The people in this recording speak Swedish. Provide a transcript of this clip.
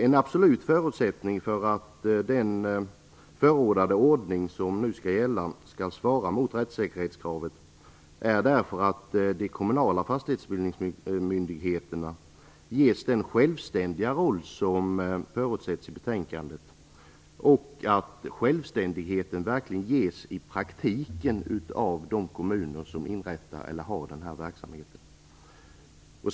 En absolut förutsättning för att den förordade ordning som skall gälla skall svara mot rättssäkerhetskravet är därför att de kommunala fastighetsbildningsmyndigheterna ges den självständiga roll som förutsätts i betänkandet och att självständigheten verkligen ges i praktiken av de kommuner som har denna verksamhet.